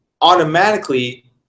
automatically